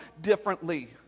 differently